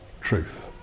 truth